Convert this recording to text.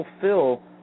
fulfill